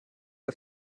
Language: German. auf